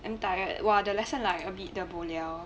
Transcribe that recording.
damn tired !wah! the lesson like a bit 的 bo liao